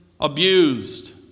abused